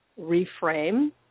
reframe